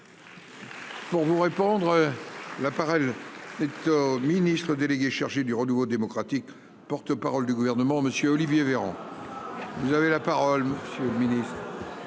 Pour vous répondre, l'appareil. Alors ministre délégué chargé du renouveau démocratique, porte-parole du gouvernement Monsieur Olivier Véran. Vous avez la parole monsieur le Ministre.